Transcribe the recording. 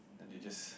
then they just